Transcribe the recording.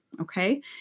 Okay